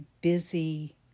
busy